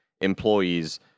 employees